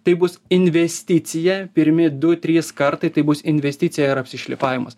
tai bus investicija pirmi du trys kartai tai bus investicija ir apsišlifavimas